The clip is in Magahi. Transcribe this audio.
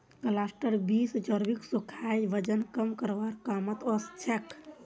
क्लस्टर बींस चर्बीक सुखाए वजन कम करवार कामत ओसछेक